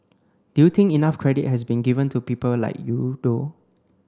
do you think enough credit has been given to people like you though